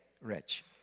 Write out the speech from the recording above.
rich